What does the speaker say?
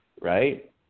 right